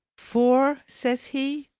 for, says he,